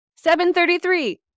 733